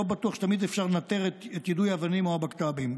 לא בטוח שתמיד אפשר לנטר את יידוי האבנים או הבקת"בים.